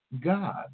God